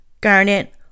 garnet